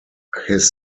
his